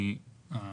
עכשיו נעבור לפנייה.